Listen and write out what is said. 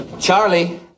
Charlie